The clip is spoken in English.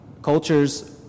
Cultures